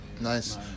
Nice